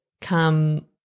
come –